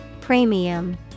Premium